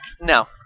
no